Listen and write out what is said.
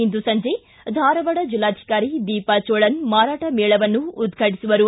ಇಂದು ಸಂಜೆ ಧಾರವಾಡ ಜಿಲ್ಲಾಧಿಕಾರಿ ದೀಪಾ ಜೋಳನ್ ಮಾರಾಟ ಮೇಳವನ್ನು ಉದ್ಘಾಟಿಸುವರು